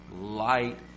Light